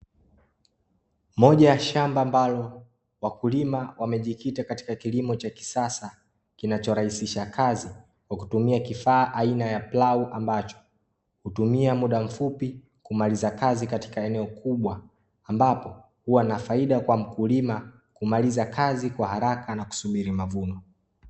Moja ya shamba ambalo wakulima wamejikita katika kilimo cha kisasa kinachorahisisha kazi, kwa kutumia kifaa aina ya plau ambacho hutumia muda mfupi kumaliza kazi katika eneo kubwa. Ambapo huwa na faida kwa mkulima kumaliza kazi kwa haraka na kusubiri mavuno.